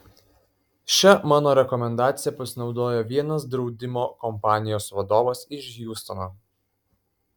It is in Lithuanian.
šia mano rekomendacija pasinaudojo vienas draudimo kompanijos vadovas iš hjustono